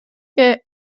que